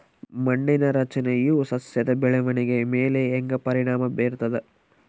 ಮಣ್ಣಿನ ರಚನೆಯು ಸಸ್ಯದ ಬೆಳವಣಿಗೆಯ ಮೇಲೆ ಹೆಂಗ ಪರಿಣಾಮ ಬೇರ್ತದ?